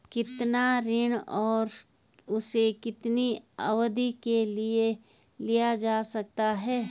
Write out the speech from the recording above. कितना ऋण और उसे कितनी अवधि के लिए लिया जा सकता है?